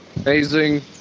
amazing